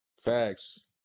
Facts